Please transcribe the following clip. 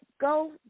Go